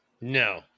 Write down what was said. No